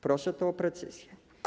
Proszę tu o precyzję.